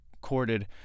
corded